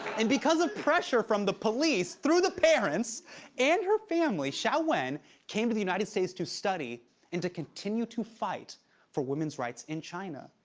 and because of pressure from the police through the parents and her family, xiaowen came to the united states to study and to continue to fight for women's rights in china.